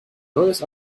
neues